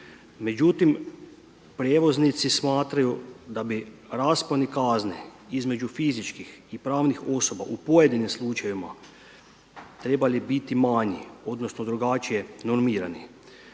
Međutim, prijevoznici smatraju da bi rasponi kazne između fizičkih i pravnih osoba u pojedinim slučajevima trebali biti manji, odnosno drugačije normirani.